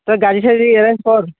তই গাড়ী চাৰি এৰেঞ্জ কৰ